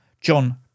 John